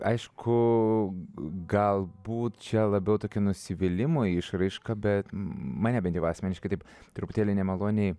aišku galbūt čia labiau tokio nusivylimo išraiška bet mane bent jau asmeniškai taip truputėlį nemaloniai